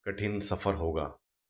कठिन सफ़र होगा